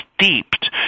steeped